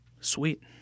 Sweet